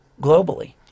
globally